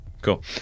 Cool